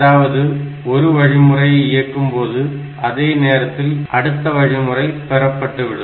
அதாவது ஒரு வழிமுறையை இயக்கும்போது அதே நேரத்தில் அடுத்த வழிமுறை பெறப்பட்டுவிடும்